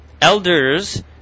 elders